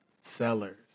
Sellers